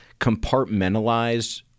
compartmentalized